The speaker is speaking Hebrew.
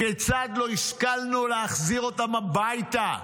כיצד לא השכלנו להחזיר אותם הביתה?